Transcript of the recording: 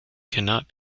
cannot